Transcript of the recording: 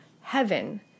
heaven